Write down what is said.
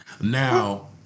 now